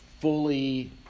fully